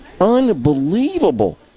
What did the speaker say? Unbelievable